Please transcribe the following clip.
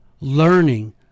learning